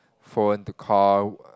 phone to call